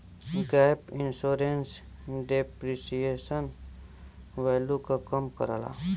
gap insurance depreciation value क कम करला